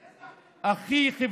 איזה הכי חברתי.